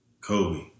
Kobe